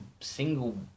single